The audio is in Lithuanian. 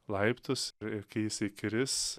laiptus ir ir kai jisai kris